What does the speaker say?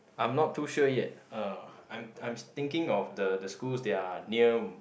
I'm not too sure yet uh I'm I'm s~ thinking of the the schools that are near m~